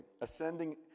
ascending